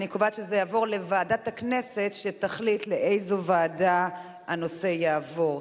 אני קובעת שהנושא יעבור לוועדת הכנסת שתחליט לאיזו ועדה הוא יעבור.